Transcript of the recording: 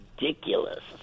ridiculous